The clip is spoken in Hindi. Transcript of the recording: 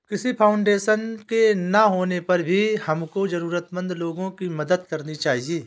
किसी फाउंडेशन के ना होने पर भी हमको जरूरतमंद लोगो की मदद करनी चाहिए